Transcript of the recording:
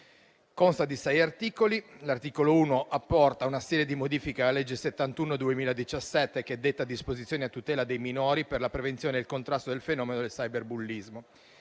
consta di sei articoli. L'articolo 1 apporta una serie di modifiche alla legge n. 71 del 2017, che detta disposizioni a tutela dei minori per la prevenzione e il contrasto del fenomeno del cyberbullismo.